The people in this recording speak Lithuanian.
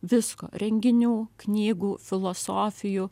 visko renginių knygų filosofijų